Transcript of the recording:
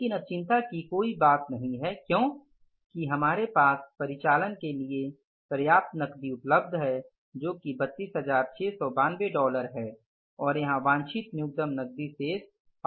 लेकिन अब चिंता की कोई बात नहीं है क्यों कि हमारे पास परिचालन के लिए पर्याप्त नकदी उपलब्ध है जो कि 32692 है और यहाँ वांछित न्यूनतम नकदी शेष 5000 है